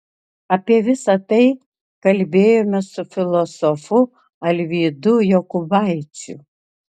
apie visa tai kalbėjomės su filosofu alvydu jokubaičiu